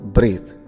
Breathe